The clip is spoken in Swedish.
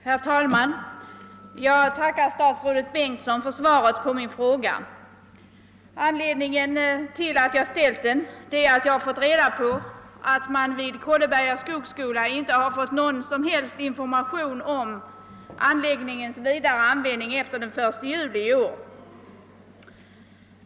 Herr talman! Jag tackar statsrådet Bengtsson för svaret på min fråga. Anledningen till att jag ställt den är att jag har fått reda på att man vid Kolleberga skogsskola inte har fått någon som helst information om anläggningens vidare användning efter den 1 juli i år.